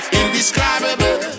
indescribable